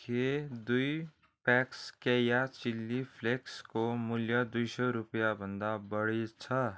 के दुई प्याक्स केया चिल्ली फ्लेक्सको मूल्य दुई सौ रुपियाँभन्दा बढी छ